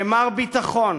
כ"מר ביטחון",